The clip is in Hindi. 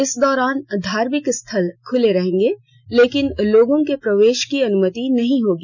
इस दौरान सभी धार्मिक स्थल खुलेंगे लेकिन लोगों के प्रवेश पर अनुमति नहीं होगी